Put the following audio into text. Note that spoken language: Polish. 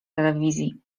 telewizji